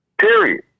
Period